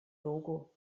logo